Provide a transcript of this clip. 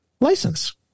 license